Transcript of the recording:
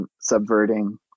subverting